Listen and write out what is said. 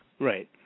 Right